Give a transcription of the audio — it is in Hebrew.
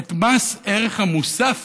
את מס ערך מוסף